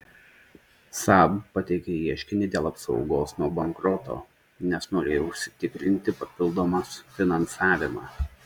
saab pateikė ieškinį dėl apsaugos nuo bankroto nes norėjo užsitikrinti papildomas finansavimą